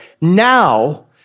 now